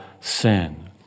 sin